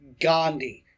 Gandhi